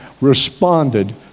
responded